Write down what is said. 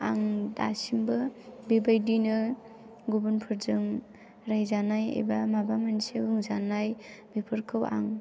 आं दासिमबो बेबायदिनो गुबुनफोरजों रायजानाय एबा माबा मोनसे बुंजानाय बेफोरखौ आं